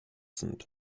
sind